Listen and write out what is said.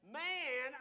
man